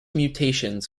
mutations